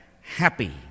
happy